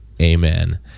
Amen